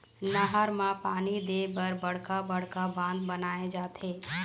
नहर म पानी दे बर बड़का बड़का बांध बनाए जाथे